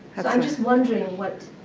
i'm just wondering what